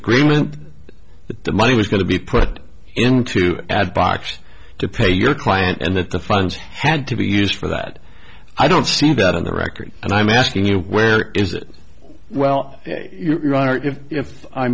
agreement that the money was going to be put into ad box to pay your client and that the funds had to be used for that i don't see that on the record and i'm asking you where is it well your honor if if i